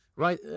right